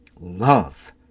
Love